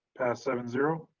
passed seven zero.